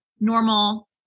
normal